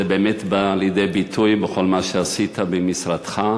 זה באמת בא לידי ביטוי בכל מה שעשית במשרדך,